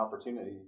opportunity